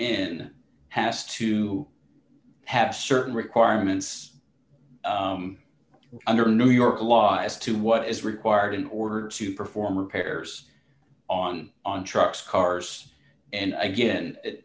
in has to have certain requirements under new york law as to what is required in order to perform repairs on on trucks cars and again